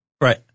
Right